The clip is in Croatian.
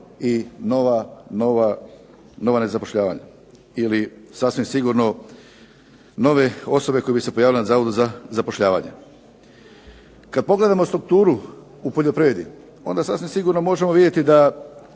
i nova nezapošljavanja, ili sasvim sigurno nove osobe koje bi se pojavile na Zavodu za zapošljavanje. Kada pogledamo strukturu u poljoprivredi onda sasvim sigurno možemo vidjeti da